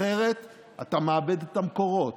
אחרת אתה מאבד את המקורות.